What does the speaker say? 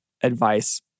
advice